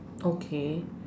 okay